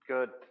Good